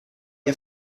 ihr